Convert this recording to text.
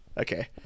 Okay